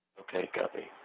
ok, copy.